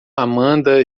amanda